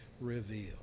Reveal